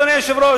אדוני היושב-ראש,